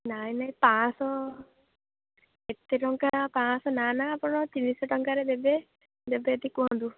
ନାଇଁ ନାଇଁ ପାଞ୍ଚଶହ ଏତେ ଟଙ୍କା ପାଞ୍ଚଶହ ନା ନା ଆପଣ ତିନିଶହ ଟଙ୍କାରେ ଦେବେ ଦେବେ ଯଦି କୁହନ୍ତୁ